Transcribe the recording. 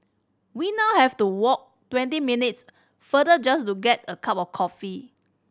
we now have to walk twenty minutes farther just to get a cup of coffee